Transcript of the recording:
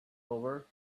over